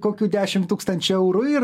kokių dešim tūkstančių eurų ir